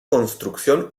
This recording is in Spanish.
construcción